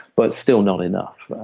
but still not enough.